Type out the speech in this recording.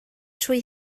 trwy